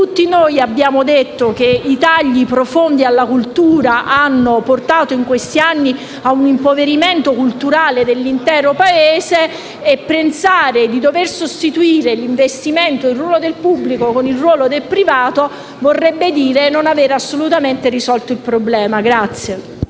infatti, abbiamo detto che i tagli profondi alla cultura hanno portato in questi anni a un impoverimento culturale dell'intero Paese e pensare di dover sostituire l'investimento e il ruolo del pubblico con il ruolo del privato vorrebbe dire non aver assolutamente risolto il problema.